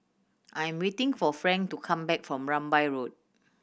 I am waiting for Frank to come back from Rambai Road